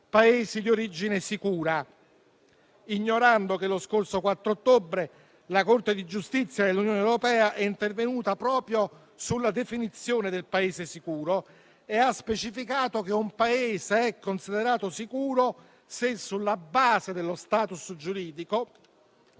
Paesi di origine sicura, ignorando che lo scorso 4 ottobre la Corte di giustizia dell'Unione europea è intervenuta proprio sulla definizione del Paese sicuro e ha specificato che un Paese è considerato sicuro se, sulla base dello *status* giuridico,